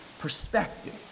perspective